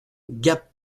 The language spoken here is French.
gap